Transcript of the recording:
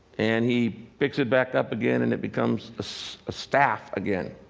and he picks it back up again, and it becomes a so staff again.